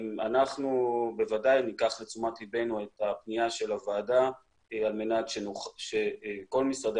אנחנו בוודאי ניקח לתשומת לבנו את פניית הוועדה על מנת שכל משרדי